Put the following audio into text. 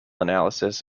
analysis